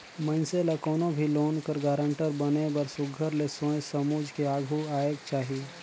मइनसे ल कोनो भी लोन कर गारंटर बने बर सुग्घर ले सोंएच समुझ के आघु आएक चाही